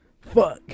Fuck